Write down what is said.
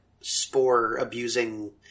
spore-abusing